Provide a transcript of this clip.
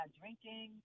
drinking